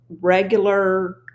regular